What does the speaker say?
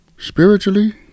Spiritually